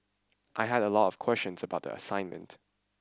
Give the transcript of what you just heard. I had a lot of questions about the assignment